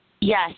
Yes